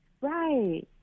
Right